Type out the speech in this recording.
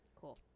Cool